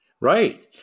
right